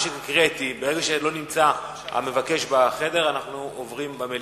ברגע שהמבקש לא נמצא במליאה אנחנו ממשיכים.